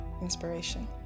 inspiration